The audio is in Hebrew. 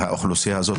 האוכלוסייה הזאת,